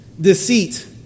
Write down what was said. deceit